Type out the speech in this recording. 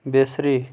بِصری